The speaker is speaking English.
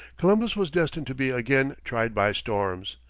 columbus was destined to be again tried by storms.